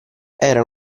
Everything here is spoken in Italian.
era